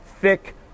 thick